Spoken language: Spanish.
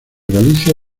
galicia